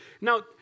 Now